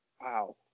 Wow